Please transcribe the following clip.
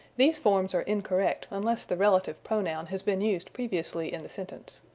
these forms are incorrect unless the relative pronoun has been used previously in the sentence.